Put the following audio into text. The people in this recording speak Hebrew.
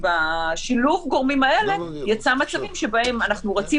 שילוב הגורמים הזה יצר מצבים שבהם אנחנו רוצים